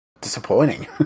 disappointing